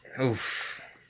Oof